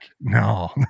no